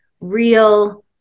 real